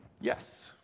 Yes